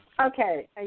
Okay